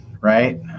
right